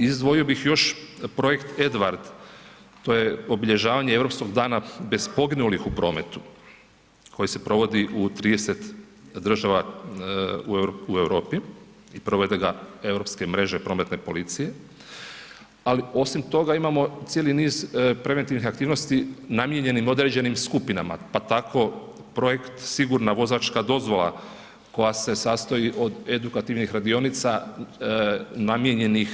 Izdvojio bih još i projekt Edward, to je obilježavanja Europskog dana bez poginulih u prometu koji se provodi u 30 država u Europi i provode ga europske mreže prometne policije, ali osim toga imamo cijeli niz preventivnih aktivnosti namijenjenih određenim skupinama, pa tako projekt sigurna vozačka dozvola, koja se sastoji od edukativnih radionica namijenjenih